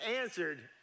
answered